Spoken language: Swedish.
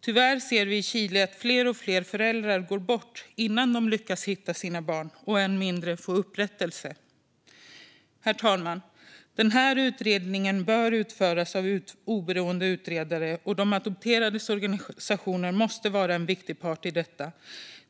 Tyvärr ser vi i Chile att fler och fler föräldrar går bort innan de lyckas hitta sina barn, än mindre få upprättelse. Herr talman! Den här utredningen bör utföras av oberoende utredare, och de adopterades organisationer måste vara en viktig part i detta.